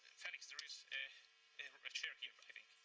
felix, there is a chair here, i